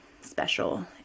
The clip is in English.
special